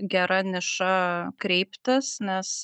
gera niša kreiptis nes